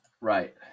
Right